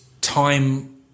time